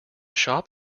shop